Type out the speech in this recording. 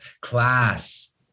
class